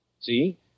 See